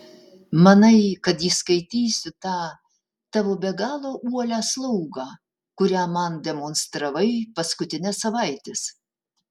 manai kad įskaitysiu tą tavo be galo uolią slaugą kurią man demonstravai paskutines savaites